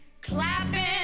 clapping